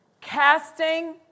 Casting